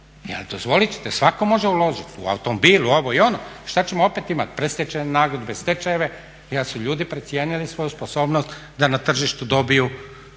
jer dozvolit ćete svatko može uložiti u automobil, u ovo i ono. Šta ćemo opet imati? Predstečajne nagodbe, stečajeve jer su ljudi precijenili svoju sposobnost da na tržištu dobiju